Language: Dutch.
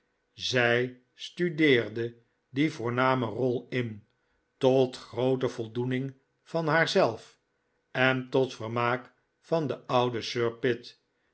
zij studeerde die voorname rol in tot groote voldoening van haarzelf en tot vermaak van den ouden sir pitt